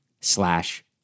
slash